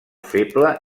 feble